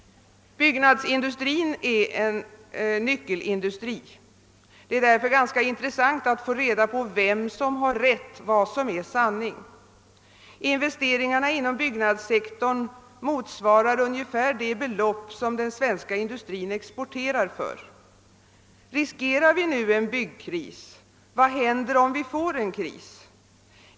Byggnadsindustrin är en nyckelindustri. Det är därför ganska intressant att få veta vem som har rätt, vad som är sanning. Investeringarna inom byggnadssektorn motsvarar ungefär det belopp som den svenska industrin exporterar för. Riskerar vi nu en byggkris? Vad händer om vi får en kris?